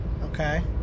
Okay